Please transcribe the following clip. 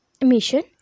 mission